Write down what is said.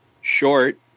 short